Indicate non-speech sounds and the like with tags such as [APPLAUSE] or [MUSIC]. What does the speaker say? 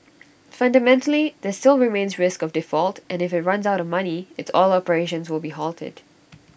fundamentally there still remains risk of default and if IT runs out of money its oil operations will be halted [NOISE]